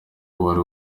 wari